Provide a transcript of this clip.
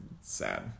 sad